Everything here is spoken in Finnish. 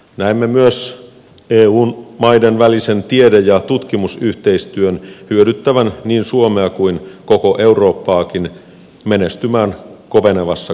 näemme myös eu maiden välisen tiede ja tutkimusyhteistyön hyödyttävän niin suomea kuin koko eurooppaakin kovenevassa globaalissa kilpailussa menestymisessä